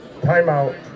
Timeout